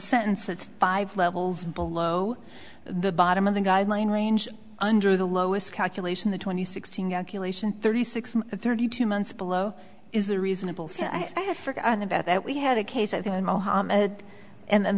sentence that's five levels below the bottom of the guideline range under the lowest calculation the twenty six and thirty six and thirty two months below is a reasonable so i had forgotten about that we had a case i think in mohamed and